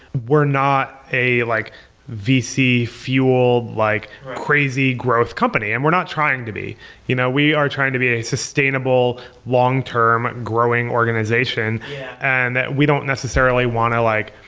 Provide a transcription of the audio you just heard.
we're not a like vc fuel like crazy growth company and we're not trying to be you know we are trying to be a sustainable long-term growing organization and that we don't necessarily want to like,